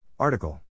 Article